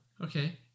Okay